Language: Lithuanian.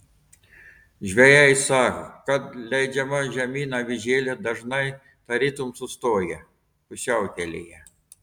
žvejai sako kad leidžiama žemyn avižėlė dažnai tarytum sustoja pusiaukelėje